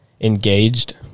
engaged